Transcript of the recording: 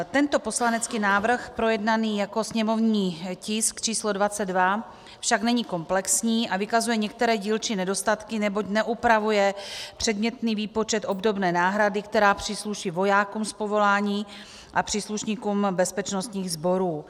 Tento poslanecký návrh projednaný jako sněmovní tisk číslo 22 však není komplexní a vykazuje některé dílčí nedostatky, neboť neupravuje předmětný výpočet obdobné náhrady, která přísluší vojákům z povolání a příslušníkům bezpečnostních sborů.